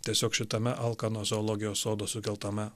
tiesiog šitame alkano zoologijos sodo sukeltame